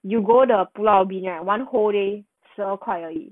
you go the pulau ubin right one whole day 十二块而已